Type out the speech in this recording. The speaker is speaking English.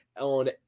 on